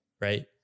Right